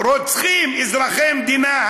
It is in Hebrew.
ורוצחים אזרחי מדינה?